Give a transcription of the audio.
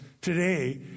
today